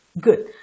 Good